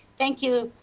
thank you.